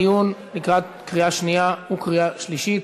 דיון לקראת קריאה שנייה וקריאה שלישית.